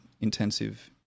intensive